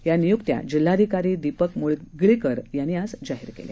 या नियुक्त्या जिल्हाधिकारी दीपक मुगळीकर यांनी आज जाहीर केल्या